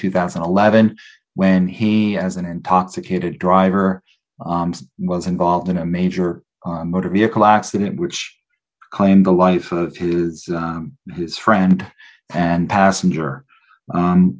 two thousand and eleven when he as an intoxicated driver was involved in a major motor vehicle accident which claimed the life of his his friend and passenger